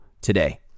today